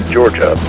Georgia